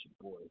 boy